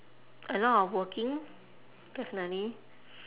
a lot of working definitely